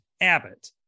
Abbott